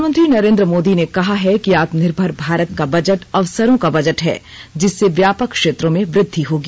प्रधानमंत्री नरेन्द्र मोदी ने कहा है कि आत्मनिर्भर भारत का बजट अवसरों का बजट है जिससे व्यापक क्षेत्रों में वृद्धि होगी